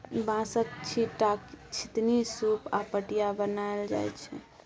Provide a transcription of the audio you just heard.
बाँसक, छीट्टा, छितनी, सुप आ पटिया बनाएल जाइ छै